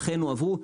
אכן הועברו,